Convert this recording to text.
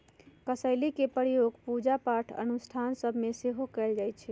कसेलि के प्रयोग पूजा पाठ अनुष्ठान सभ में सेहो कएल जाइ छइ